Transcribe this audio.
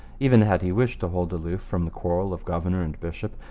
even had he wished to hold aloof from the quarrel of governor and bishop,